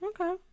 okay